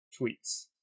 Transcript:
tweets